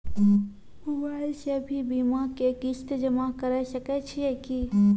Mobile से भी बीमा के किस्त जमा करै सकैय छियै कि?